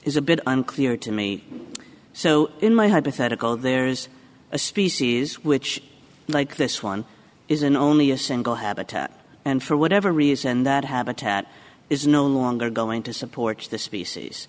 is a bit unclear to me so in my hypothetical there is a species which like this one is in only a single habitat and for whatever reason that habitat is no longer going to support the species